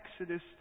Exodus